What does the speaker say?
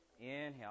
Inhale